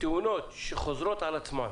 תאונות שחוזרות על עצמן